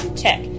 check